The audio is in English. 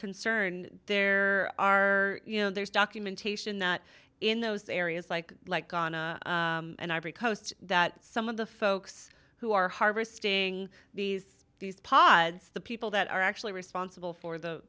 concern there are you know there's documentation that in those areas like like ana and ivory coast that some of the folks who are harvesting these these pods the people that are actually responsible for the